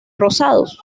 rosados